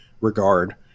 regard